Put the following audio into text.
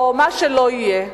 או מה שלא יהיה.